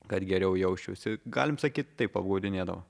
kad geriau jausčiausi galim sakyt taip apgaudinėdavo